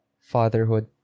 fatherhood